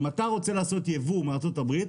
אם אתה רוצה לעשות יבוא מארצות הברית,